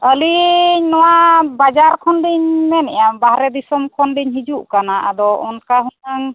ᱟᱞᱤᱧ ᱱᱚᱣᱟ ᱵᱟᱡᱟᱨ ᱠᱷᱚᱱᱞᱤᱧ ᱢᱮᱱᱮᱜᱼᱟ ᱵᱟᱦᱨᱮ ᱫᱤᱥᱚᱢ ᱠᱷᱚᱱᱞᱤᱧ ᱦᱤᱡᱩᱜ ᱠᱟᱱᱟ ᱟᱫᱚ ᱚᱱᱟ ᱦᱩᱱᱟᱹᱝ